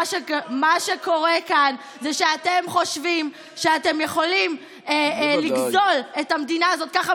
מה שקורה כאן זה שאתם חושבים שאתם יכולים לגזול את המדינה הזאת ככה,